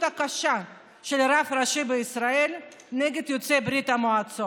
הקשה של רב ראשי בישראל נגד יוצאי ברית המועצות: